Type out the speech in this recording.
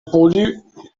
pollue